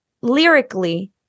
lyrically